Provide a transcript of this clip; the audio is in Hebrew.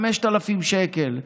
5,000 שקל,